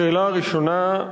השאלה הראשונה: